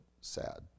sad